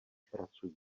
pracují